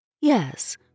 Yes